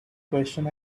person